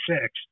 six